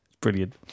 Brilliant